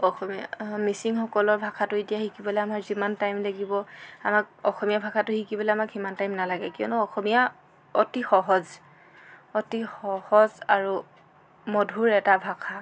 অসমীয়া মিচিংসকলৰ ভাষাটো এতিয়া শিকিবলৈ আমাৰ যিমান টাইম লাগিব আমাক অসমীয়া ভাষাটো শিকিবলৈ আমাক সিমান টাইম নালাগে কিয়নো অসমীয়া অতি সহজ অতি সহজ আৰু মধুৰ এটা ভাষা